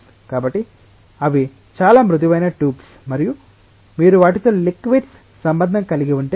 కాబట్టి అవి చాలా మృదువైన ట్యూబ్స్ మరియు మీరు వాటితో లిక్విడ్స్ సంబంధం కలిగి ఉంటే